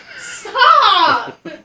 Stop